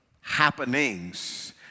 happenings